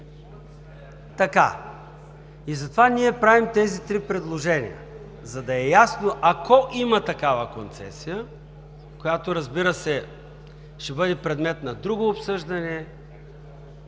система. Затова ние правим тези три предложения, за да е ясно, ако има такава концесия, която, разбира се, ще бъде предмет на друго обсъждане,